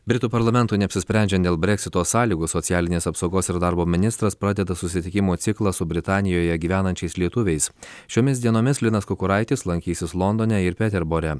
britų parlamentui neapsisprendžiant dėl breksito sąlygų socialinės apsaugos ir darbo ministras pradeda susitikimų ciklą su britanijoje gyvenančiais lietuviais šiomis dienomis linas kukuraitis lankysis londone ir peterbore